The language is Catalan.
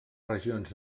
regions